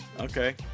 okay